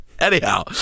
Anyhow